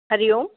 हरिः ओम्